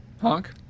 Honk